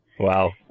Wow